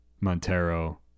Montero